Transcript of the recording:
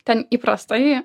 ten įprastai